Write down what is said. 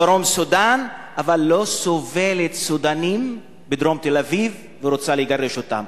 דרום-סודן אבל לא סובלת סודנים בדרום תל-אביב ורוצה לגרש אותם.